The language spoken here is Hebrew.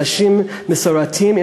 אנשים מסורתיים,